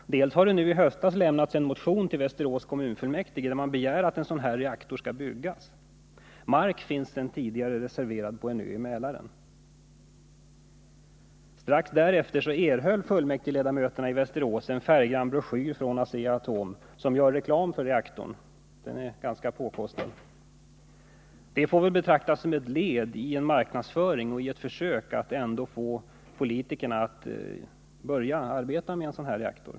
Fredagen den I höstas har en motion lämnats till Västerås kommunfullmäktige där man = g februari 1980 begär att en sådan här reaktor skall byggas. Mark finns sedan tidigare reserverad på en ö i Mälaren. Strax därefter erhöll fullmäktigeledamöterna i Västerås en färggrann broschyr från Asea-Atom, en ganska påkostad broschyr som gör reklam för reaktorn. Det får väl betraktas som ett led i en marknadsföring och i ett försök att få politikerna att ändå arbeta med en sådan här reaktor.